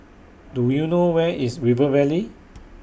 Do YOU know Where IS River Valley